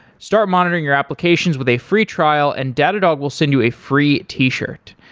start monitoring your applications with a free trial and datadog will send you a free t-shirt.